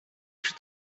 przy